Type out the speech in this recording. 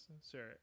sir